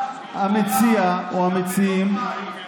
משקר, עכשיו, דבר ראשון, בא המציע, או המציעים,